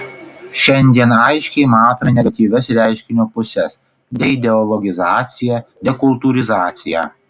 šiandien aiškiai matome negatyvias reiškinio puses deideologizaciją dekultūralizaciją